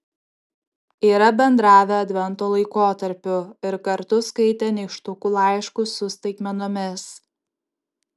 yra bendravę advento laikotarpiu ir kartu skaitę nykštukų laiškus su staigmenomis